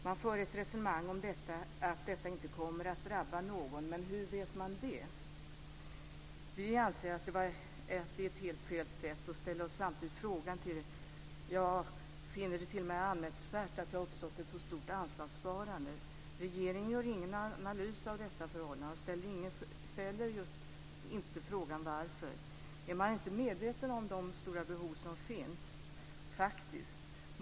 Man för ett resonemang om att detta inte kommer att drabba någon. Men hur vet man det? Vi anser att det är helt fel sätt och ställer oss samtidigt frågande till - ja, finner det t.o.m. anmärkningsvärt - att det har uppstått ett så stort anslagssparande. Regeringen gör ingen analys av detta förhållande och ställer sig inte frågan varför. Är man inte medveten om de stora behov som faktiskt finns?